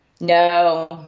No